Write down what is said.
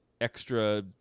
extra